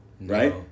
right